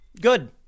Good